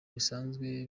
bisanzwe